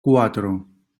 cuatro